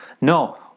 No